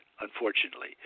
unfortunately